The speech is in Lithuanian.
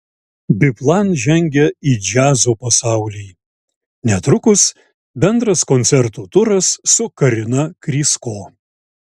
biplan žengia į džiazo pasaulį netrukus bendras koncertų turas su karina krysko